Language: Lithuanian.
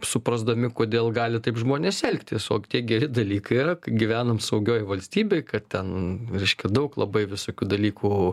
suprasdami kodėl gali taip žmonės elgtis o tie geri dalykai yra kai gyvenam saugioj valstybėj kad ten reiškia daug labai visokių dalykų